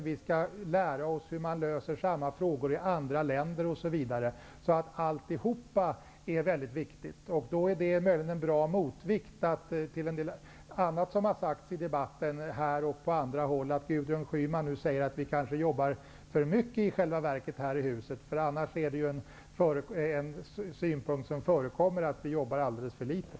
Vi skall lära oss hur man löser samma frågor i andra länder, osv. Alltsammans detta är mycket viktigt. Därför är det en bra motvikt till annat som sagts i debatten här och på andra håll att Gudrun Schyman nu säger att vi i själva verket jobbar för mycket i det här huset. En allmänt förekommande uppfattning är annars att vi jobbar alldeles för litet.